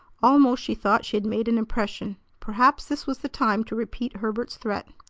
almost she thought she had made an impression. perhaps this was the time to repeat herbert's threat.